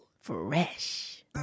Fresh